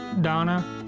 Donna